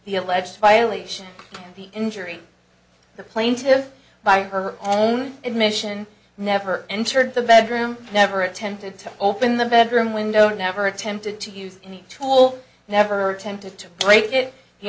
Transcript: the alleged violation the injury the plaintive by her own admission never entered the bedroom never attempted to open the bedroom window never attempted to use any tool never attempted to break it the